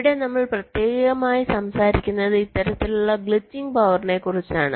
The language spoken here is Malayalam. ഇവിടെ നമ്മൾ പ്രത്യേകമായി സംസാരിക്കുന്നത് ഇത്തരത്തിലുള്ള ഗ്ലിച്ചിംഗ് പവറിനെക്കുറിച്ചാണ്